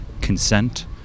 consent